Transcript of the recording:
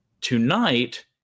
tonight